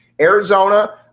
arizona